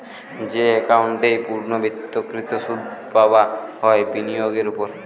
যেই একাউন্ট এ পূর্ণ্যাবৃত্তকৃত সুধ পাবা হয় বিনিয়োগের ওপর